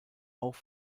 auch